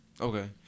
okay